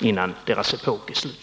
innan deras epok är slut.